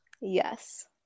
Yes